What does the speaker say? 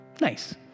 nice